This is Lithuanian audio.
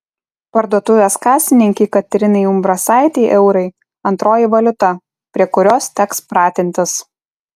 parduotuvės kasininkei katerinai umbrasaitei eurai antroji valiuta prie kurios teks pratintis